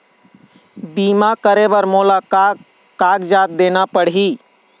बीमा करे बर मोला का कागजात देना पड़ही?